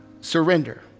surrender